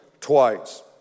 twice